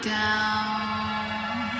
down